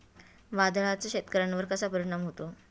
वादळाचा शेतकऱ्यांवर कसा परिणाम होतो?